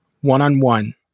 one-on-one